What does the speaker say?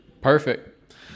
Perfect